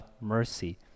mercy